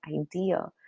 idea